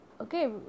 okay